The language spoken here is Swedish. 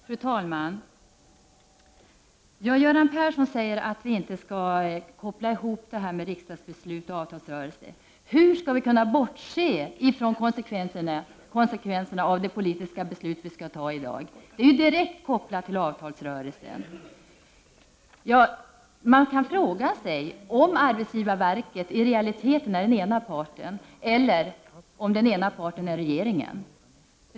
Fru talman! Göran Persson säger att vi inte skall koppla ihop riksdagsbeslutet med avtalsrörelsen. Men hur skall vi kunna bortse från konsekvenserna av det politiska beslut som vi skall ta i dag? Det är ju direkt kopplat till avtalsrörelsen! Man kan fråga sig om i realiteten arbetsgivarverket är den ena parten, eller om det är regeringen.